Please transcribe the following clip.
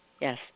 Yes